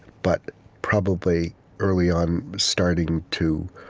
but probably early on starting to